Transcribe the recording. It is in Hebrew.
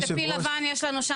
אבל ----- איזה פיל לבן יש לנו שם